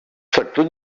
sector